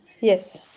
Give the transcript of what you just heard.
Yes